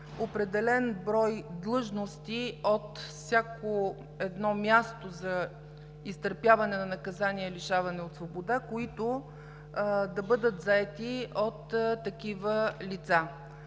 определен брой длъжности от всяко едно място за изтърпяване на наказание „лишаване от свобода“, които да бъдат заети от такива лица.